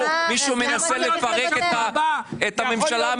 מישהו מנסה לפרק את הממשלה?